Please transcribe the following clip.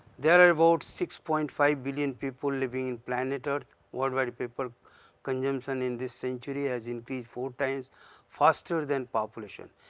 there are about six point five billion people living in planet earth. worldwide paper consumption in this century has increased four times faster than population.